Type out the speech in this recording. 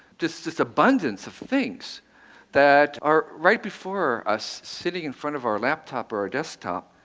just this abundance of things that are right before us, sitting in front of our laptop, or our desktop.